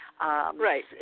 Right